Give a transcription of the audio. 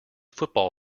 football